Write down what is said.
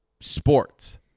sports